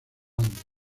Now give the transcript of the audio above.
andes